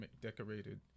decorated